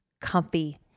comfy